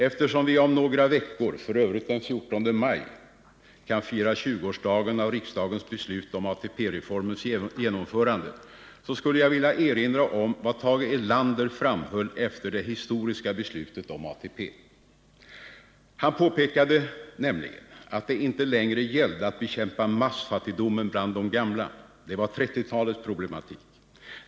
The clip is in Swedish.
Eftersom vi om några veckor — f. ö. den 14 maj — kan fira 20-årsdagen av riksdagens beslut om ATP-reformens genomförande, skulle jag vilja erinra om vad Tage Erlander framhöll efter det historiska beslutet om ATP. Han påpekade nämligen att det inte längre gällde att bekämpa massfattigdomen bland de gamla. Det var 1930-talets problematik.